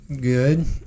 good